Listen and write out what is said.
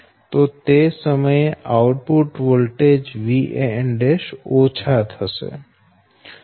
તો તે સમયે આઉટપુટ વોલ્ટેજ Van' ઓછા થશે